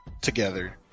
together